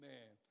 Man